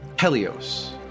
Helios